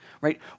right